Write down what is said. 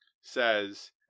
says